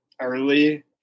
early